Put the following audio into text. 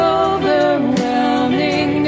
overwhelming